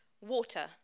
Water